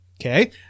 Okay